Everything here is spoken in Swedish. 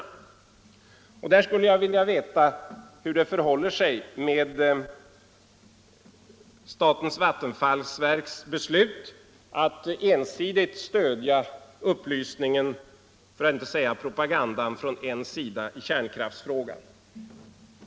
I det sammanhanget skulle jag vilja veta hur det förhåller sig med statens vattenfallsverks beslut att ensidigt stödja upplysningen — för att inte säga propagandan — från en sida i kärnkraftsfrågan.